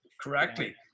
correctly